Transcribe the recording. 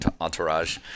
entourage